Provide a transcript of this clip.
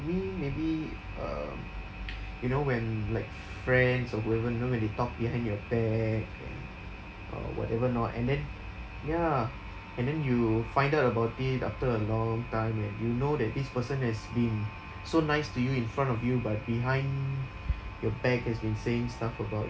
me maybe um you know when like f~ friends or whoever you know when they talk behind your back and or whatever not and then ya and then you find out about it after a long time and you know that this person has been so nice to you in front of you but behind your back has been saying stuff about